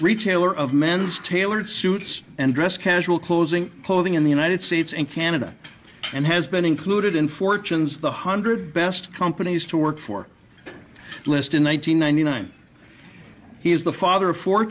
retailer of men's tailored suits and dress casual closing clothing in the united states and canada and has been included in fortunes the hundred best companies to work for list in one nine hundred ninety nine he is the father of four